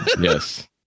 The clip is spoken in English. Yes